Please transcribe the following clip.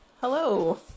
Hello